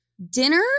Dinner